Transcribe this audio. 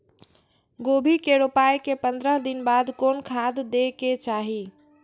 गोभी के रोपाई के पंद्रह दिन बाद कोन खाद दे के चाही?